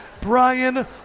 Brian